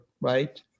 right